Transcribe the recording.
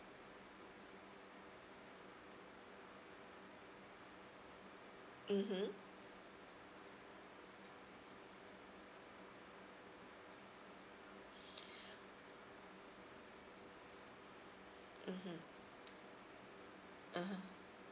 mmhmm mmhmm (uh huh)